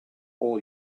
all